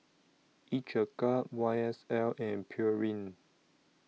Each A Cup Y S L and Pureen